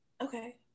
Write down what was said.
Okay